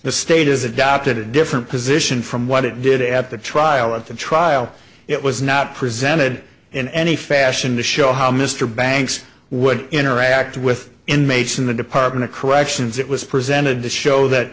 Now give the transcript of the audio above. the state has adopted a different position from what it did at the trial at the trial it was not presented in any fashion to show how mr banks would interact with inmates in the department of corrections it was presented to show that